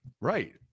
Right